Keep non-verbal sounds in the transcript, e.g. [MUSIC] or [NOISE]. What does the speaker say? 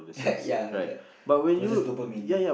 [LAUGHS] yeah yeah possess dopamine